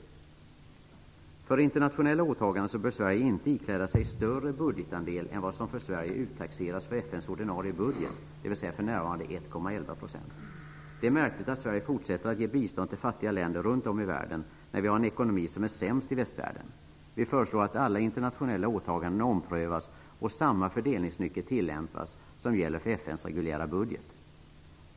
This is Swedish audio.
För internationella åtaganden bör Sverige inte åta sig en större budgetandel än vad som uttaxeras av Sverige för FN:s ordinarie budget, dvs. för närvarande 1,11 %. Det är märkligt att Sverige fortsätter att ge bistånd till fattiga länder runt om i världen när vi har en ekonomi som är sämst i västvärlden. Vi föreslår att alla internationella åtaganden omprövas och att samma fördelningsnyckel tillämpas som gäller för FN:s reguljära budget.